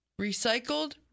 Recycled